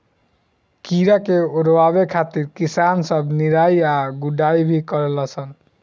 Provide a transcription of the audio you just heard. कीड़ा के ओरवावे खातिर किसान सब निराई आ गुड़ाई भी करलन सन